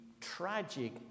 tragic